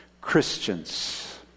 Christians